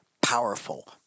powerful